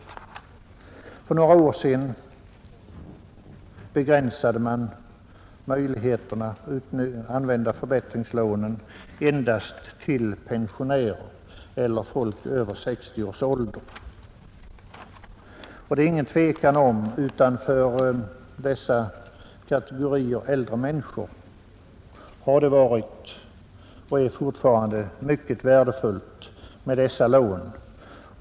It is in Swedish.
För några år sedan begränsade man möjligheterna att använda förbättringslånen till att gälla endast pensionärer eller folk över 60 års ålder. Det är inget tvivel om att det för dessa kategorier äldre människor har varit och fortfarande är mycket värdefullt med dessa lån.